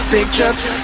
Picture